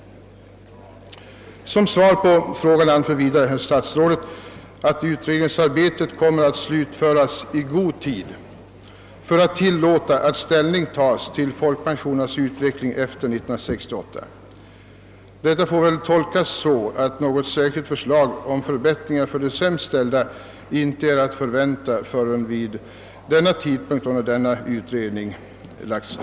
Som svar på min fråga anför statsrådet vidare, att utredningsarbetet kommer att slutföras i god tid för att tillåta att ställning tas till folkpensionernas utveckling efter 1968. Detta får väl tolkas så, att något särskilt förslag om förbättringar för de sämst ställda inte är att vänta förrän vid ifrågavarande tidpunkt.